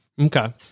Okay